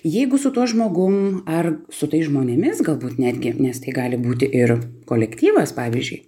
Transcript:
jeigu su tuo žmogum ar su tais žmonėmis galbūt netgi nes tai gali būti ir kolektyvas pavyzdžiui